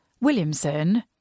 Williamson